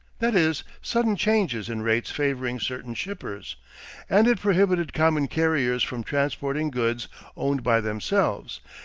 that is, sudden changes in rates favoring certain shippers and it prohibited common carriers from transporting goods owned by themselves,